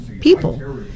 people